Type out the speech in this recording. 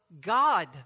God